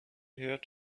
heard